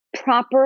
proper